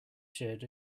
shared